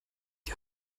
ihr